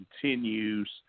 continues